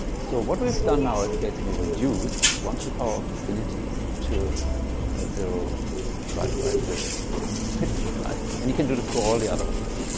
so what we've done now is basically reduce one to the power of infinity to ah zero but but zero pretty neat, right, and you can do this for all the other ones.